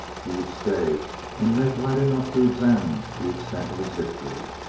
he would stay and make light enough to examine the extent of his victory.